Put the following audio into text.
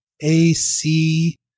AC